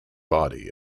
body